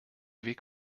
weg